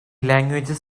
languages